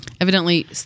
evidently